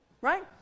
right